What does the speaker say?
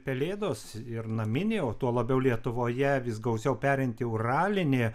pelėdos ir naminiai o tuo labiau lietuvoje vis gausiau perinti uralinė